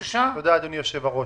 אדוני היושב ראש,